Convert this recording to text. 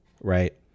right